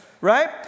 right